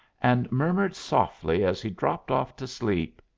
and murmured softly as he dropped off to sleep,